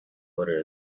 odor